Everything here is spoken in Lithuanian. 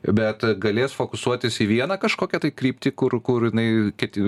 bet galės fokusuotis į vieną kažkokią tai kryptį kur kur jinai keti